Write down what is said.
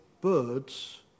birds